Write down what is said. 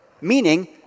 meaning